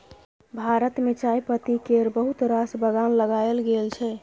भारत मे चायपत्ती केर बहुत रास बगान लगाएल गेल छै